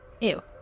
Ew